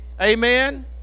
amen